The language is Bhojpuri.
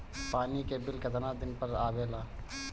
पानी के बिल केतना दिन पर आबे ला?